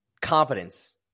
competence